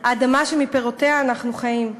האדמה שמפירותיה אנחנו חיים,